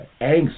angst